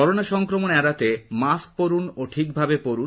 corona সংক্রমণ এড়াতে mask পরুন ও ঠিক ভাবে পরুন